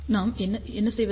நாம் என்ன செய்வது